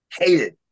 hated